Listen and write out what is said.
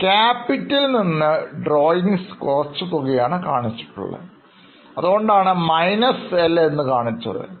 Capital നിന്ന് Drawings കുറച്ച് തുകയാണ് കാണിച്ചിട്ടുള്ളത് അതുകൊണ്ടാണ് Minus L എന്ന് കാണിച്ചത്